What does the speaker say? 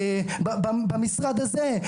במשרד הזה,